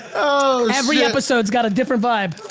every episode's got a different vibe.